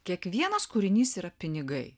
kiekvienas kūrinys yra pinigai